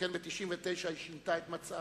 שכן ב-1999 היא שינתה את מצעה,